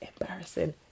embarrassing